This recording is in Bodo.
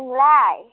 नोंलाय